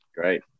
Great